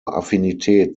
affinität